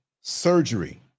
surgery